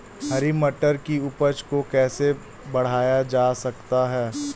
हरी मटर की उपज को कैसे बढ़ाया जा सकता है?